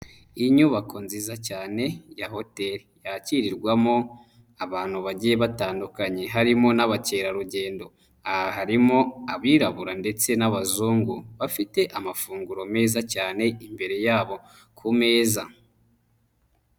Inyubako nziza cyane ya hoteri yakirirwamo abantu bagiye batandukanye harimo n'abakerarugendo. Aha harimo abirabura ndetse n'abazungu bafite amafunguro meza cyane imbere yabo ku meza.